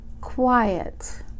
quiet